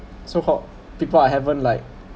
so called people I haven't like